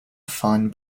fun